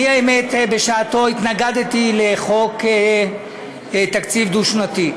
אני, האמת, בשעתו התנגדתי לחוק תקציב דו-שנתי,